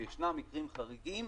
וישנם מקרים חריגים,